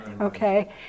okay